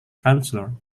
chancellor